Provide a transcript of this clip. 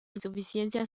insuficiencia